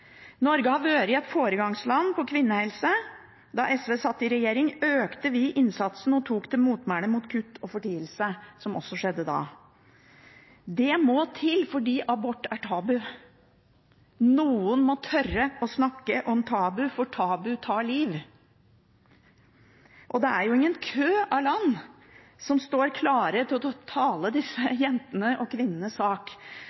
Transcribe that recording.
Norge har vært et foregangsland for kvinnehelse. Da SV satt i regjering, økte vi innsatsen og tok til motmæle mot kutt og fortielse, som også skjedde da. Det må til fordi abort er tabu. Noen må tørre å snakke om tabuet, for tabuet tar liv. Og det er ingen kø av land som står klare til å tale